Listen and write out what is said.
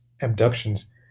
abductions